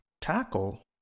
tackle